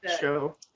show